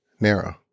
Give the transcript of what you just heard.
narrow